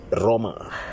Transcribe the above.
Roma